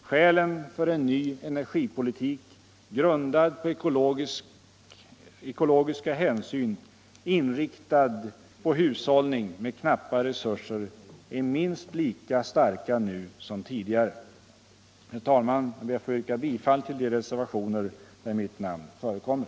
Skälen för en ny energipolitik, grundad på ekologiska hänsyn, inriktad på hushållning med knappa resurser, är minst lika starka nu som tidigare. Herr talman! Jag yrkar bifall till de reservationer där mitt namn förekommer.